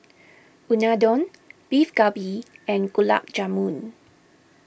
Unadon Beef Galbi and Gulab Jamun